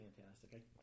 fantastic